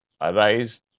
Arise